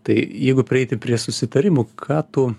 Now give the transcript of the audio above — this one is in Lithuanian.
tai jeigu prieiti prie susitarimų ką tu